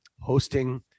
hosting